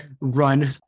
run